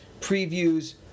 previews